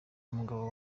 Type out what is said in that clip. umugabo